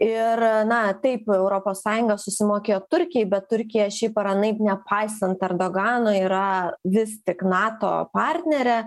ir na taip europos sąjunga susimokėjo turkijai bet turkija šiaip ar anaip nepaisant erdogano yra vis tik nato partnerė